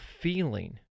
feeling